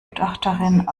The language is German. gutachterin